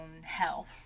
health